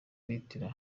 hitler